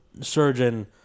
surgeon